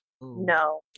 No